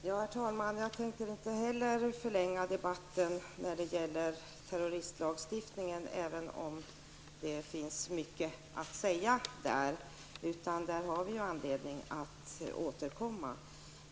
Herr talman! Inte heller jag tänker förlänga debatten genom att ta upp terroristlagstiftningen, även om det finns mycket att säga i denna fråga. Det finns anledning att återkomma till den.